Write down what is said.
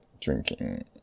Drinking